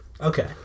Okay